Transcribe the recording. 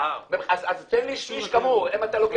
אז תן לי שליש כמוהו אם אתה לוקח,